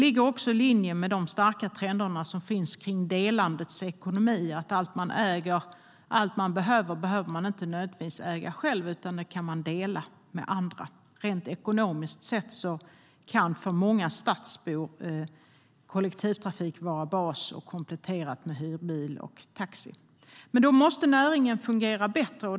I linje med de starka trenderna kring delandets ekonomi ligger att man inte nödvändigtvis själv måste äga det man behöver, utan det kan man dela med andra. Rent ekonomiskt kan kollektivtrafiken för många stadsbor vara en bas som kompletteras med hyrbil och taxi. Men då måste näringen fungera bättre.